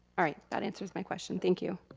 all right, that answers my question, thank you.